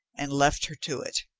and left her to it.